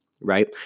right